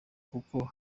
kuko